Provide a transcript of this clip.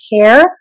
care